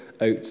out